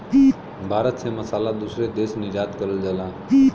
भारत से मसाला दूसरे देश निर्यात करल जाला